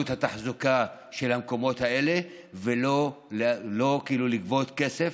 את התחזוקה של המקומות האלה ולא לגבות כסף.